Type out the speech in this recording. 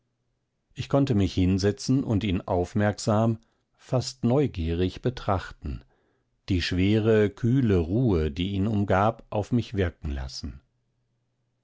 ich konnte mich hinsetzen und ihn aufmerksam fast neugierig betrachten die schwere kühle ruhe die ihn umgab auf mich wirken lassen